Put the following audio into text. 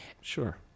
Sure